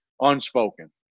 unspoken